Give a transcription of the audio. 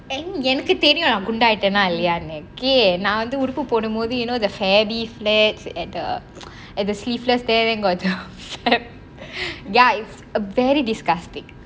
and எனக்கு தெரியும் நான் குண்ட ஆயிட்டன இல்லையானு:enakku theriyum naan gunda aayittana illaiyaanu okay நான் வந்து உடுப்பு போடும்போது:naan vanthu uduppu podumpothu you know the fatty flaps at the at the sleeveless there then got the fat yait's very disgusting